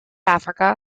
africa